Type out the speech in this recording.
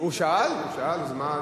הוא שאל על פוטין, הוא שאל, אז מה?